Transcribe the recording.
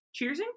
Cheersing